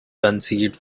conceived